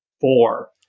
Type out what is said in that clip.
four